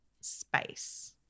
space